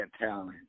talent